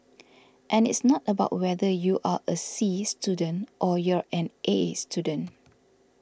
and it's not about whether you are a C student or you're an A student